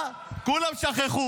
אני רואה את החבר'ה שלי פה,